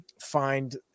find